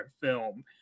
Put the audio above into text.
film